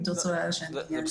אם תרצו שאני אענה על שאלות, אשמח.